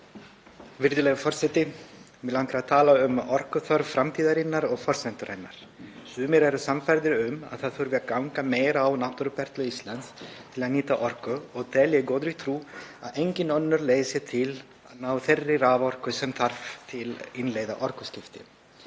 Virðulegi forseti. Mig langar að tala um orkuþörf framtíðarinnar og forsendur hennar. Sumir eru sannfærðir um að það þurfi að ganga meira á náttúruperlur Íslands til að nýta orku og telja í góðri trú að engin önnur leið sé til að ná þeirri raforku sem þarf til að innleiða orkuskipti.